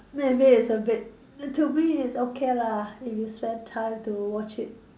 not everyday is a bit to me is okay lah if you spend time to watch it